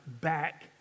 back